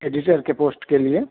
editor کے post کے لیے